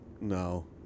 No